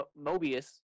Mobius